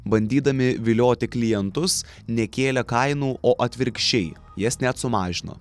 bandydami vilioti klientus nekėlė kainų o atvirkščiai jas net sumažino